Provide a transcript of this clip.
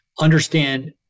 understand